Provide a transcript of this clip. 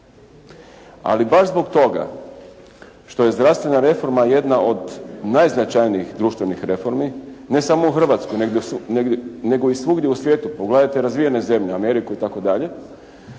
Ali baš zbog toga što je zdravstvena reforma jedna od najznačajnijih društvenih reformi ne samo u Hrvatskoj nego i svugdje u svijetu, pogledajte razvijene zemlje, Ameriku itd. onda